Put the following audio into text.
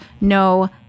no